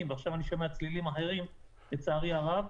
ועכשיו אני שומע צלילים אחרים לצערי הרב.